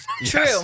True